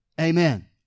Amen